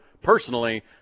personally